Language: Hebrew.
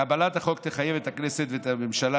קבלת החוק תחייב את הכנסת ואת הממשלה